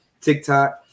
TikTok